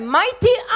mighty